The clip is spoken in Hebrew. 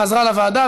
הוחזרה לוועדה,